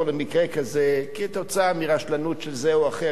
למקרה כזה כתוצאה מרשלנות של זה או אחר,